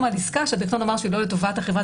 על עסקה שהדירקטוריון אמר שהיא לא לטובת החברה.